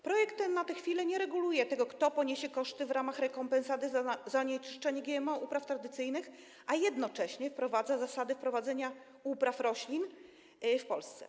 Projekt na tę chwilę nie reguluje tego, kto poniesie koszty w ramach rekompensaty za zanieczyszczenie GMO upraw tradycyjnych, a jednocześnie wprowadza zasady prowadzenia upraw tych roślin w Polsce.